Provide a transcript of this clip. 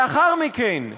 לאחר מכן,